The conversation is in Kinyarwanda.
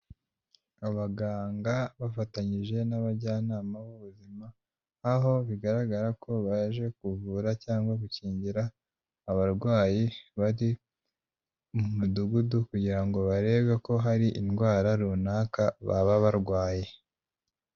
Abaganga bafatanyije n'abajyanama b'ubuzima, aho bigaragara ko baje kuvura cyangwa gukingira abarwayi bari mu mudugudu kugira ngo barebe ko hari indwara runaka baba barwaye.